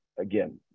again